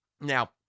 Now